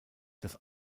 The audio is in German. das